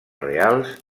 reals